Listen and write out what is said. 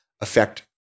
affect